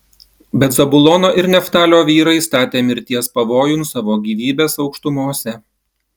bet zabulono ir neftalio vyrai statė mirties pavojun savo gyvybes aukštumose